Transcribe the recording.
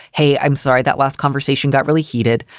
hey, i'm sorry, that last conversation got really heated.